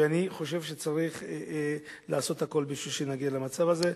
אני חושב שצריך לעשות הכול בשביל שנגיע למצב הזה.